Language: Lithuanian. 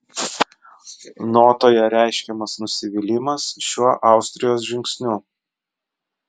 notoje reiškiamas nusivylimas šiuo austrijos žingsniu